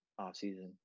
offseason